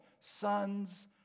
sons